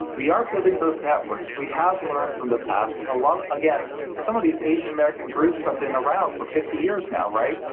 we are building those networks, we have learned from the past, ah again some of these asian american group have been around for fifty years now right?